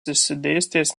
išsidėstęs